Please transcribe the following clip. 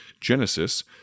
Genesis